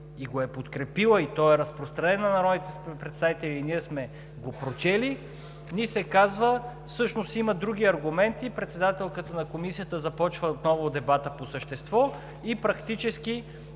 и го е подкрепила, и той е разпространен на народните представители и ние сме го прочели, ни се казва, че всъщност има други аргументи и председателката на Комисията започва отново дебата по същество и практически